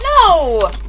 No